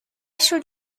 should